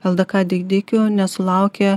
ldk didikių nesulaukė